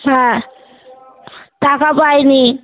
হ্যাঁ টাকা পাই নি